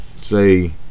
say